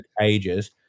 ages